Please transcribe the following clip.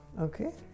okay